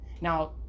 Now